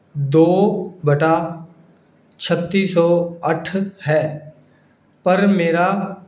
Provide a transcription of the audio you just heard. ਦੋ ਵਟਾ ਛੱਤੀ ਸੌ ਅੱਠ ਹੈ ਪਰ ਮੇਰਾ